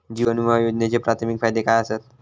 जीवन विमा योजनेचे प्राथमिक फायदे काय आसत?